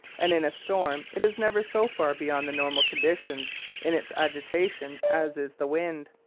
and in a storm it is never so far beyond the normal condition in its agitation as is the wind.